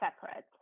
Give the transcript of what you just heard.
separate